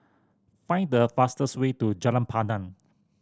find the fastest way to Jalan Pandan